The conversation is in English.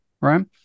right